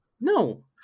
no